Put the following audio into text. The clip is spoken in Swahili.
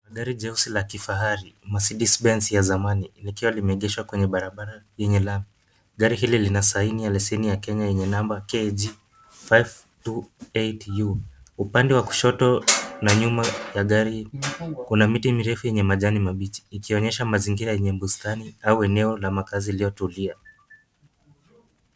Gari jeusi la kifahari Mercedes Benz ya zamani, likiwa limeegeshwa kwenye barabara yenye lami. Gari hili lina saini ya leseni ya Kenya yenye namba KAG 528U . Upande wa kushoto na nyuma ya gari kuna miti mirefu yenye majani mabichi, ikionyesha mazingira yenye bustani au eneo la makazi iliyotulia.